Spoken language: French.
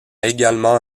également